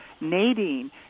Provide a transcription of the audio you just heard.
Nadine